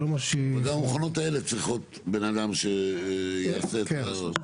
וגם המכונות האלה צריכות בן אדם שיעשה את העבודה.